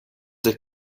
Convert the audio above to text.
the